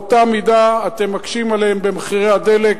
באותה מידה אתם מקשים עליהם במחירי הדלק,